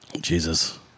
Jesus